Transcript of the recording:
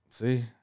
See